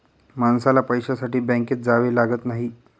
माणसाला पैशासाठी बँकेत जावे लागत नाही